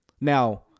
now